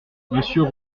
monsieur